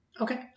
Okay